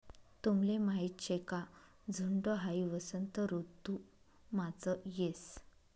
तुमले माहीत शे का झुंड हाई वसंत ऋतुमाच येस